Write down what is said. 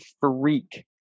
freak